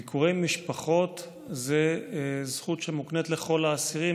ביקורי משפחות הם זכות שמוקנית לכל האסירים,